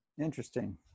interesting